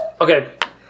Okay